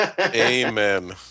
Amen